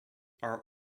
are